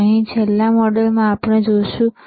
અહીં છેલ્લા મોડ્યુલમાં આપણે શું જોયું છે